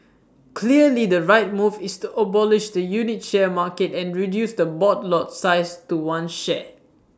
clearly the right move is to abolish the unit share market and reduce the board lot size to one share